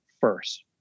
first